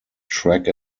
track